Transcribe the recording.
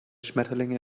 schmetterlinge